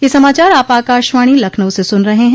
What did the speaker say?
ब्रे क यह समाचार आप आकाशवाणी लखनऊ से सुन रहे हैं